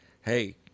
hey